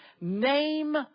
Name